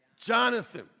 Jonathan